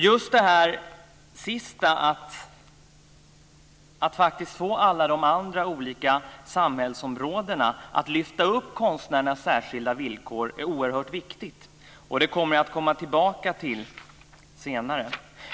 Just det där sista, att faktiskt få alla andra samhällsområden att lyfta upp konstnärernas särskilda villkor, är oerhört viktigt. Det kommer jag att återkomma till senare.